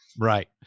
Right